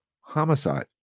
Homicide